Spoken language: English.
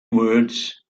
words